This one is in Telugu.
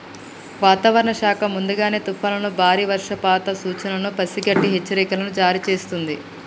వాతావరణ శాఖ ముందుగానే తుఫానులను బారి వర్షపాత సూచనలను పసిగట్టి హెచ్చరికలను జారీ చేస్తుంది